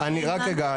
הכנסת.